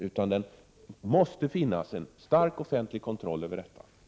Det måste således finnas en stark offentlig kontroll över den här verksamheten.